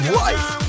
life